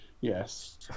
Yes